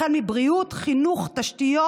החל מבריאות, חינוך, תשתיות.